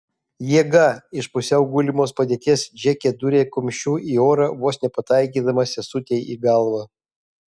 jėga iš pusiau gulimos padėties džeke dūrė kumščiu į orą vos nepataikydama sesutei į galvą